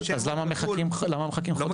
אז למה מחכים חודשים?